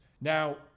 Now